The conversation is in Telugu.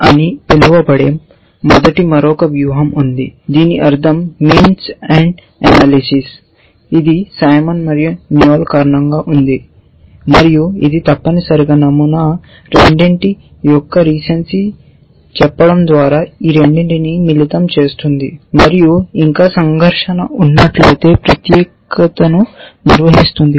MEA అని పిలువబడే మొదటి మరొక వ్యూహం ఉంది దీని అర్ధం means end analysis "means end analysis" ఇది సైమన్ మరియు నోయెల్ కారణంగా ఉంది మరియు ఇది తప్పనిసరిగా నమూనా రెండింటి యొక్క రీసెన్సీ చెప్పడం ద్వారా ఈ రెండింటినీ మిళితం చేస్తుంది మరియు ఇంకా సంఘర్షణ ఉన్నట్లయితే ప్రత్యేకతను నిర్వహిస్తుంది